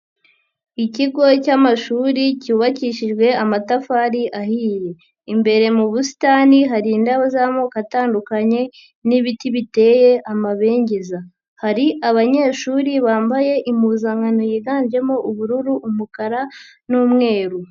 Ikigo cy'amashuri cyubakishijwe amatafari ahiye, imbere mu busitani harindada z'amoko atandukanye n'ibiti biteye amabengeza, hari abanyeshuri bambaye impuzankano yiganjemo ubururu, umukara n'umweru.